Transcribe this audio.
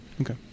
Okay